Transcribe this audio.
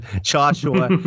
Joshua